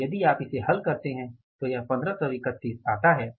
तो यदि आप इसे हल करते हैं तब यह 1531 आता है